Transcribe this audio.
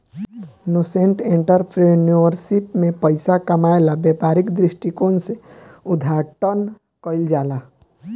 nascent entrepreneurship में पइसा कामायेला व्यापारिक दृश्टिकोण से उद्घाटन कईल जाला